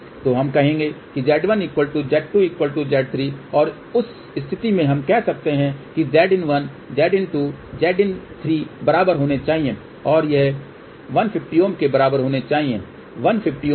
तो हम कहेंगे कि Z1 Z2 Z3 और उस स्थिति में हम कह सकते हैं कि Zin1 Zin2 Zin3 बराबर होना चाहिए और ये 150Ω के बराबर होने चाहिए 150Ω क्यों